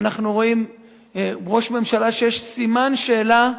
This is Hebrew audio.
ואנחנו רואים ראש ממשלה שיש סימן שאלה,